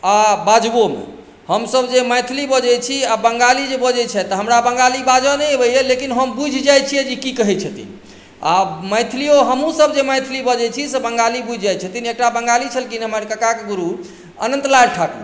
आ बाजबोमे हमसभ जे मैथिली बजैत छी आ बंगाली जे बजैत छथि तऽ हमरा बंगाली बाजय नहि अबैए लेकिन हम बुझि जाइत छियै जे ई की कहैत छथिन आ मैथिलिओ हमहूँसभ जे मैथिली बजैत छी से बंगाली बुझि जाइत छथिन एकटा बंगाली छलखिन हमर काकाके गुरू अनन्त लाल ठाकुर